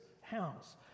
house